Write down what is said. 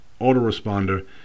autoresponder